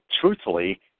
truthfully